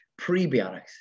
prebiotics